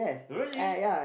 really